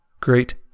Great